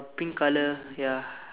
a pink color ya